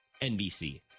NBC